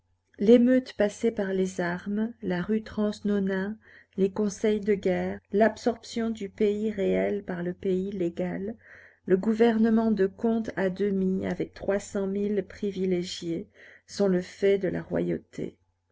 l'émeute passée par les armes la rue transnonain les conseils de guerre l'absorption du pays réel par le pays légal le gouvernement de compte à demi avec trois cent mille privilégiés sont le fait de la royauté